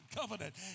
covenant